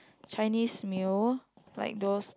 Chinese meal like those